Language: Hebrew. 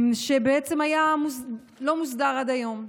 שבעצם לא היה מוסדר עד היום.